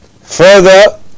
further